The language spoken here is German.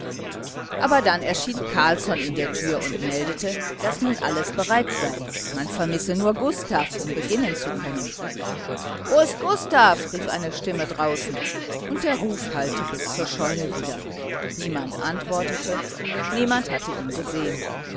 aber dann erschien carlsson in der tür und meldete daß nun alles bereit sei man vermisse nur gustav um beginnen zu können wo ist gustav rief eine stimme draußen und der ruf hallte bis zur scheune wider niemand antwortete niemand hatte ihn gesehen